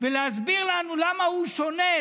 ולהסביר לנו למה הוא שונה,